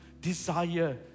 desire